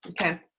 okay